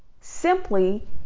simply